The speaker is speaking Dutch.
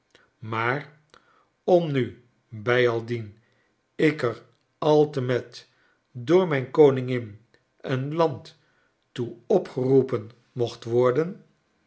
maar om nu bij aldien ik er altemet door mijn koningin en land toe opgeroepen mocht worden